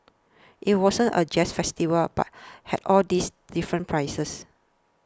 it wasn't a jazz festival but had all these different pieces